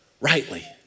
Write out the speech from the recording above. rightly